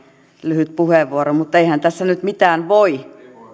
lyhyt puheenvuoro mutta eihän tässä nyt mitään voi